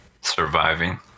Surviving